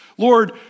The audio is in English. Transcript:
Lord